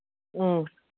ꯎꯝ